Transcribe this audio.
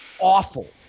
awful